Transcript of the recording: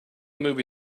movie